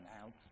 out